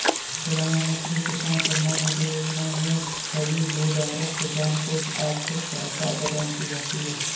प्रधानमंत्री किसान सम्मान निधि योजना में सभी भूधारक किसान को आर्थिक सहायता प्रदान की जाती है